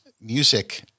music